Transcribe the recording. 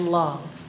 love